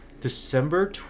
December